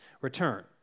return